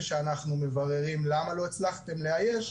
וכשאנחנו מבררים למה לא הצלחתם לאייש,